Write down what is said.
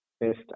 Best